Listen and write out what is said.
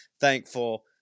thankful